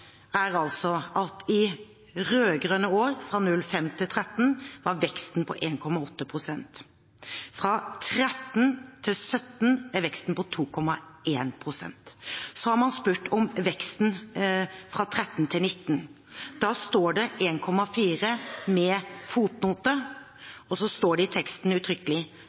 er at i rød-grønne år, fra 2005 til 2013, var veksten på 1,8 pst. Fra 2013 til 2017 var veksten på 2,1 pst. Så har man spurt om veksten fra 2013 til 2019. Da står det 1,4 pst., med fotnote, og det står uttrykkelig i teksten